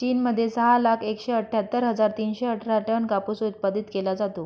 चीन मध्ये सहा लाख एकशे अठ्ठ्यातर हजार तीनशे अठरा टन कापूस उत्पादित केला जातो